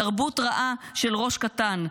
תרבות רעה של 'ראש קטן',